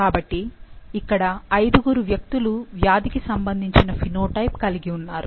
కాబట్టి ఇక్కడ ఐదుగురు వ్యక్తులు వ్యాధికి సంబంధించిన ఫినోటైప్ కలిగిఉన్నారు